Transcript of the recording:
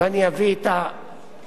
ואני אביא את הדברים: